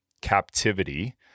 captivity